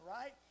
right